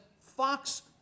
Fox